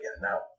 Now